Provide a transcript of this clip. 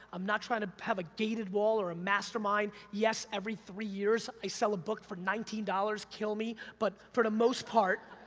i'm not trying to have like gated wall or a mastermind, yes, every three years i sell a book for nineteen dollars, kill me, but for the most part,